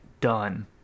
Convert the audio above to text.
done